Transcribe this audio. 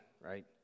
right